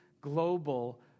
global